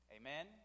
Amen